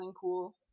cool